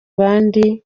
bandi